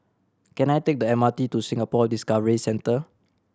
can I take the M R T to Singapore Discovery Centre